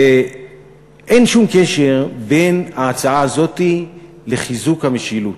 אין שום קשר בין ההצעה הזו לחיזוק המשילות.